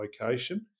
location